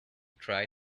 try